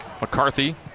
McCarthy